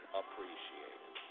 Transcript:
appreciated